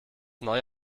neue